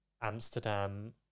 Amsterdam